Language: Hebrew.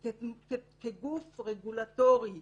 מידע כגוף רגולטורי